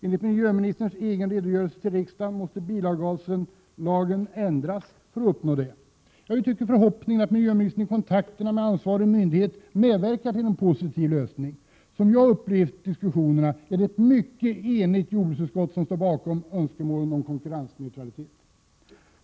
Enligt miljöministerns egen redogörelse till riksdagen måste bilavgaslagen ändras för att detta skall uppnås. Jag uttrycker förhoppningen att miljöministern i kontakterna med ansvarig myndighet medverkar till en positiv lösning. Som jag har upplevt diskussionerna är det ett mycket enigt jordbruksutskott som står bakom önskemålen om konkurrensneutralitet.